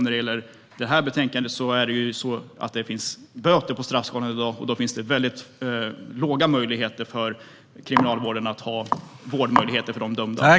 När det gäller detta betänkande finns det i dag böter på straffskalan, och då finns det väldigt små möjligheter för kriminalvården att ge de dömda vård.